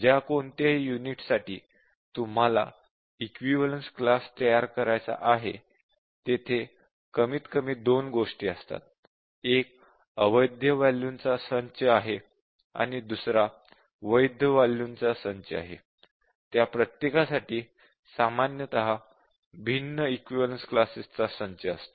ज्या कोणत्याही युनिटसाठी तुम्हाला इक्विवलेन्स क्लास तयार करायचा आहे तेथे कमीतकमी दोन गोष्टी असतात एक अवैध वॅल्यूज चा संच आहे आणि दुसरा वैध वॅल्यूज चा संच आणि त्या प्रत्येकासाठी सामान्यतः भिन्न इक्विवलेन्स क्लासेस चा संच असतो